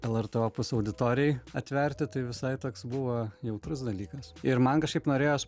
lrt opus auditorijai atverti tai visai toks buvo jautrus dalykas ir man kažkaip norėjos